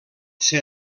ser